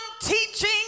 teaching